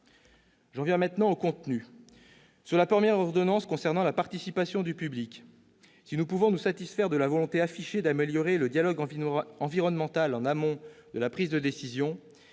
J'en viens au contenu. Sur la première ordonnance concernant la participation du public, si nous pouvons nous satisfaire de la volonté affichée d'améliorer le dialogue environnemental en amont de la prise de décision,